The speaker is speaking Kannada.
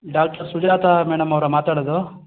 ಡಾಕ್ಟರ್ ಸುಜಾತಾ ಮೇಡಮ್ ಅವರ ಮಾತಾಡೋದು